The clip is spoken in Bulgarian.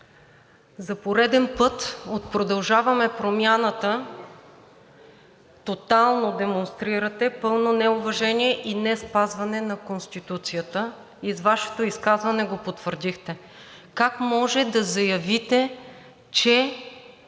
за пореден път от „Продължаваме Промяната“ тотално демонстрирате пълно неуважение и неспазване на Конституцията – с Вашето изказване го потвърдихте. Как може да заявите, че